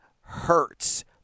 hurts